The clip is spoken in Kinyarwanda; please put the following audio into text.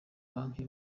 banki